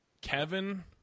Kevin